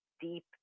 deep